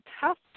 tough